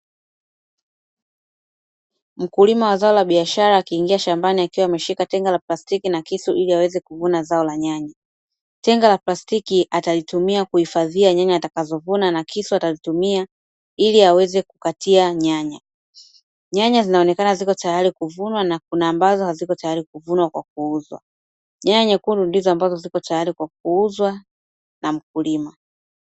Mkulima wa zao la biashara akiingia shambani akiwa ameshika tenga la plastiki na kisu ili aweze kuvuna zao la nyanya. Tenga la plastiki atalitumia kuhifadhia nyanya atakazovuna na kisu atakitumia ili aweze kukatia nyanya. Nyanya zinaonekana ziko tayari kuvunwa na kuna ambazo haziko tayari kuvunwa kwa kuuzwa, nyanya nyekundu ndizo zipo tayari kwa kuuzwa na mkulima.